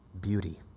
beauty